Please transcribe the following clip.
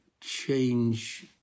change